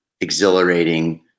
exhilarating